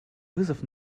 вызов